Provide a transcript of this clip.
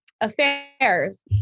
affairs